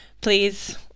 please